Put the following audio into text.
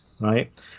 right